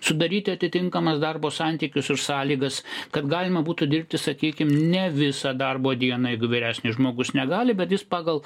sudaryti atitinkamas darbo santykius už sąlygas kad galima būtų dirbti sakykim ne visą darbo dieną jeigu vyresnis žmogus negali bet jis pagal